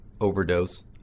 overdose